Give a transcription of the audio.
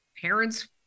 parents